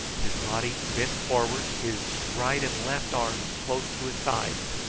his body bent forward, his right and left arms close to his sides,